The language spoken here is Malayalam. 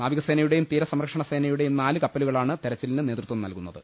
നാവികസേനയുടെയും തീരസംരക്ഷണസേനയുടെയും നാല് കപ്പലുകളാണ് തെരച്ചിലിന് നേതൃത്വം നല്കുന്ന ത്